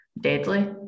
deadly